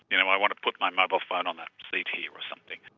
you know i want to put my mobile phone on the seat here or something.